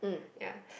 ya